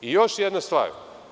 Još jedna stvar.